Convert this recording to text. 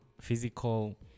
physical